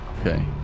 Okay